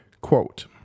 Quote